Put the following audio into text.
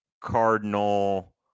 cardinal